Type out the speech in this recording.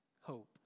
hope